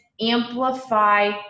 amplify